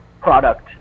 product